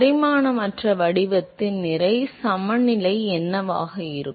பரிமாணமற்ற வடிவத்தின் நிறை சமநிலை என்னவாக இருக்கும்